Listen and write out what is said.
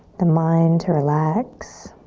the mind to relax.